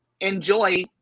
enjoy